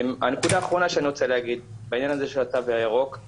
הנקודה האחרונה שאני רוצה להגיד בעניין הזה של התו הירוק היא